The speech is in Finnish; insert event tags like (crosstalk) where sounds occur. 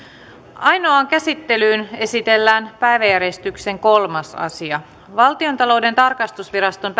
ainoaan käsittelyyn esitellään päiväjärjestyksen kolmas asia valtiontalouden tarkastusviraston (unintelligible)